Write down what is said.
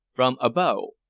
from abo.